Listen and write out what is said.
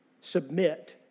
submit